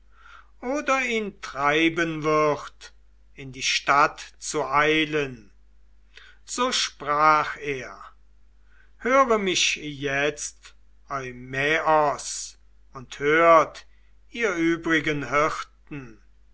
oder ihn treiben würd in die stadt zu eilen so sprach er höre mich jetzt eumaios und hört ihr übrigen hirten